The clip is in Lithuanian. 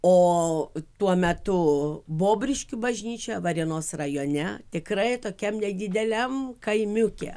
o tuo metu bobriškių bažnyčia varėnos rajone tikrai tokiam nedideliam kaimiuke